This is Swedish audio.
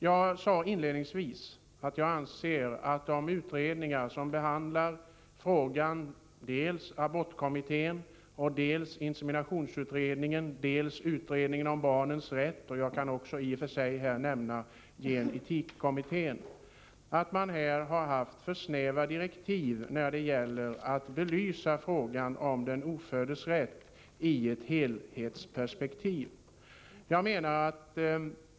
Jag sade inledningsvis att jag anser att ifrågavarande utredningar — abortkommittén, inseminationsutredningen, utredningen om barnens rätt och i och för sig även gen-etikkommittén — har haft för snäva direktiv när det gällt att i ett helhetsperspektiv belysa frågan om den oföddes rätt.